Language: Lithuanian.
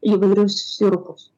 įvairius sirupus